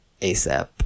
ASAP